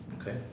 Okay